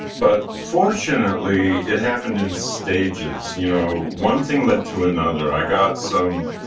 but fortunately, it happened in stages, you know one thing led to another. i got some,